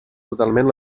totalment